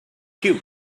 cute